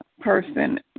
person